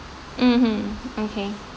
mmhmm okay